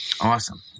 Awesome